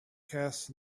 casts